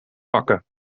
pakken